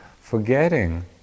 forgetting